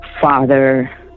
father